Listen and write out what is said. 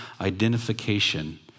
identification